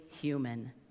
human